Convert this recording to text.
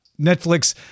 Netflix